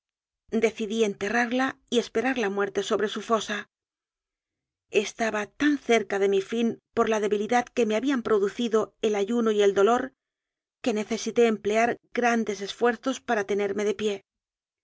decidí enterrarla y esperar la muerte sobre su fosa estaba tan cerca de mi fin por la debilidad que me habían producido el ayuno y el dolor que necesité emplear grandes esfuerzos para tenerme de pie